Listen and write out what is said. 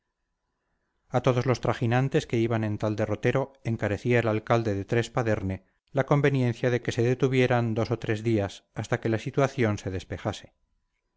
a todos los trajinantes que iban en tal derrotero encarecía el alcalde de trespaderne la conveniencia de que se detuvieran dos o tres días hasta que la situación se despejase